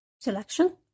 selection